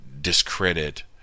discredit